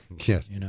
Yes